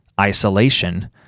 isolation